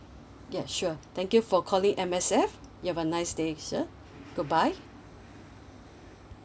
yeah sure thank you for calling M_S_F you have a nice day sir goodbye